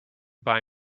buy